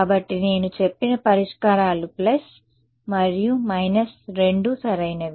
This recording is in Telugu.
కాబట్టి నేను చెప్పిన పరిష్కారాలు ప్లస్ మరియు మైనస్ రెండూ సరైనవి